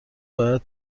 باید